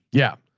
yeah.